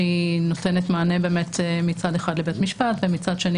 שמצד אחד נותנת מענה לבית משפט ומצד שני